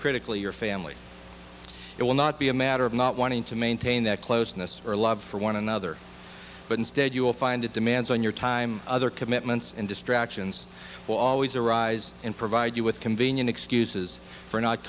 critically your family it will not be a matter of not wanting to maintain that closeness or love for one another but instead you will find it demands on your time other commitments and distractions will always arise and provide you with convenient excuses for not